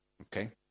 Okay